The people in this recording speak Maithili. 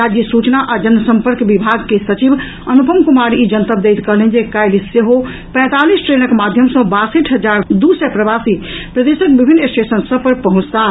राज्य सूचना आ जनसंपर्क विभाग के सचिव अनुपम कुमार ई जनतब दैत कहलनि जे काल्हि सेहो पैंतालीस ट्रेनक माध्यम सँ बासठि हजार दू सय प्रवासी प्रदेशक विभिन्न स्टेशन सभ पर पहुंचताह